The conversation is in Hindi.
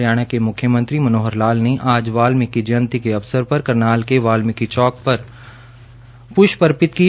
हरियाणा के मुख्यमंत्री मनोहरलाल ने आज वालमीकि जयंती के अवसर पर करनाल के वाल्मिकी चौंक पर पृष्ट अर्पित किए